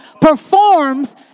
performs